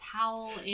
towel